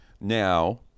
now